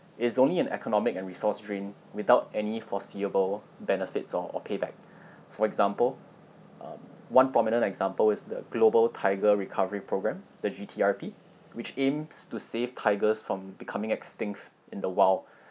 it's only an economic and resource strain without any foreseeable benefits or or payback for example um one prominent example is the global tiger recovery programme the G_T_R_P which aims to save tigers from becoming extinct in the wild